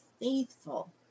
faithful